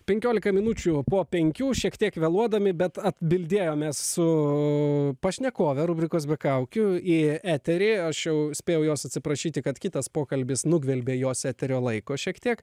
penkiolika minučių po penkių šiek tiek vėluodami bet atbildėjom mes su pašnekove rubrikos be kaukių į eterį aš jau spėjau jos atsiprašyti kad kitas pokalbis nugvelbė jos eterio laiko šiek tiek